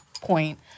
point